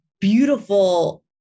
beautiful